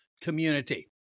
community